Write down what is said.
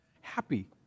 happy